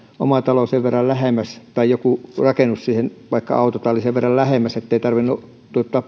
oma talo tai joku rakennus vaikka autotalli sen verran lähemmäksi ettei tarvinnut